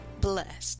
blessed